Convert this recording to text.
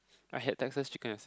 I had Texas chicken as